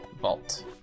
Vault